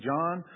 John